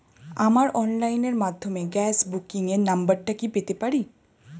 আমার অনলাইনের মাধ্যমে গ্যাস বুকিং এর নাম্বারটা কি পেতে পারি?